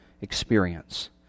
experience